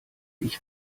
ich